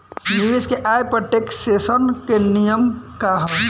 निवेश के आय पर टेक्सेशन के नियम का ह?